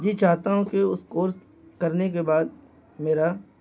جی چاہتا ہوں کہ اس کورس کرنے کے بعد میرا